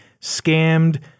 scammed